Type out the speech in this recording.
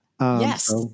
Yes